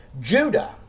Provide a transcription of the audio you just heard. Judah